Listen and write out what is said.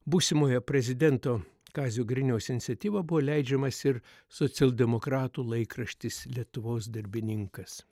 būsimojo prezidento kazio griniaus iniciatyva buvo leidžiamas ir socialdemokratų laikraštis lietuvos darbininkas